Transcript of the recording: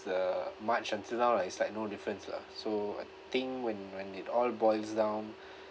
the march until now lah it's like no difference lah so I think when when it all boils down